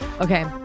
Okay